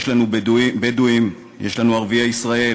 יש לנו בדואים, יש לנו ערביי ישראל,